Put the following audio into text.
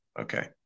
okay